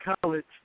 college